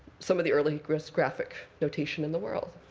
some of the earliest graphic graphic notation in the world.